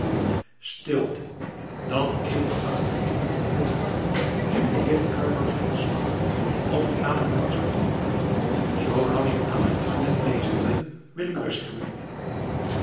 stilte dat eeuwige gekibbel verveelt me riep de heer carlo zijn geslacht op tamelijk barschen toon toe zoolang ik aan mijn toilet bezig ben wil ik rust hebben